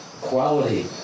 quality